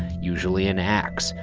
usually an axe,